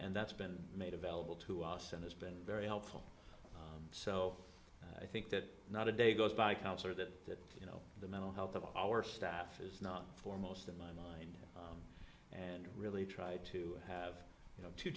and that's been made available to us and has been very helpful so i think that not a day goes by counselor that you know the mental health of our staff is not foremost in my mind and really try to have you know two